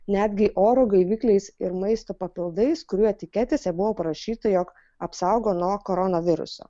netgi oro gaivikliais ir maisto papildais kurių etiketėse buvo parašyta jog apsaugo nuo koronaviruso